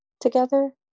together